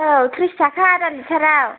औ थ्रिस टाका आदा लिटाराव